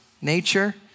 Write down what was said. nature